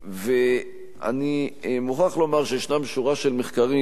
אני מוכרח לומר שיש שורה של מחקרים,